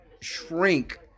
shrink